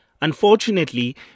Unfortunately